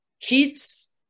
kids